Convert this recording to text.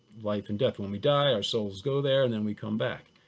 life and death. when we die, our souls go there, and then we come back.